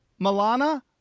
milana